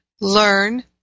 learn